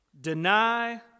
deny